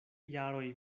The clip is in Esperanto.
jaroj